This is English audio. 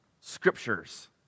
scriptures